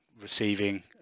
receiving